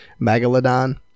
Megalodon